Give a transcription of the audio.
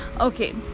Okay